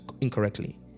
incorrectly